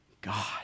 god